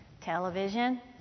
television